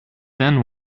then